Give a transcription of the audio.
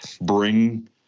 bring